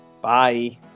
Bye